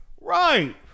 Right